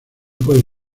puede